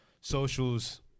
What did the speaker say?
socials